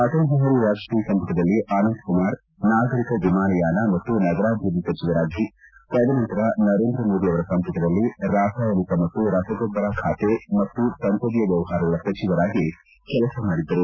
ಅಟಲ್ ಬಿಹಾರಿ ವಾಜಪೇಯಿ ಸಂಪುಟದಲ್ಲಿ ಅನಂತ್ ಕುಮಾರ್ ನಾಗರಿಕ ವಿಮಾನಯಾನ ಮತ್ತು ನಗರಾಭಿವೃದ್ಲಿ ಸಚಿವರಾಗಿ ತದನಂತರ ನರೇಂದ್ರ ಮೋದಿ ಅವರ ಸಂಪುಟದಲ್ಲಿ ರಾಸಾಯನಿಕ ಮತ್ತು ರಸಗೊಬ್ಲರಖಾತೆ ಮತ್ತು ಸಂಸದೀಯ ವ್ಲವಹಾರಗಳ ಸಚಿವರಾಗಿ ಕೆಲಸ ಮಾಡಿದ್ದರು